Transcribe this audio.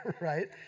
right